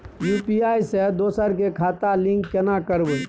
UPI से दोसर के खाता लिंक केना करबे?